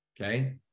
Okay